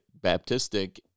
Baptistic